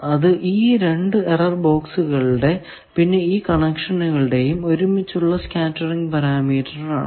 അത് ഈ രണ്ടു എറർ ബോക്സുകളുടെ പിന്നെ ഈ കണക്ഷനുകളുടെയും ഒരുമിച്ചുള്ള സ്കേറ്ററിങ് പാരാമീറ്റർ ആണ്